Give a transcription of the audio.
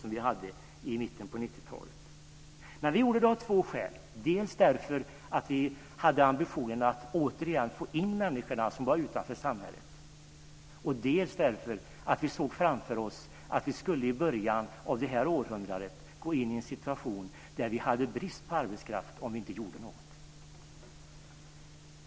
Det hade vi ju i början av 90-talet. Men vi gjorde det av två skäl, dels därför att vi hade ambitionen att återigen få in de människor som stod utanför samhället, dels därför att vi såg framför oss att vi i början av det här århundradet skulle gå in i en situation där vi hade brist på arbetskraft om vi inte gjorde något.